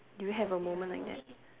do you have a moment like that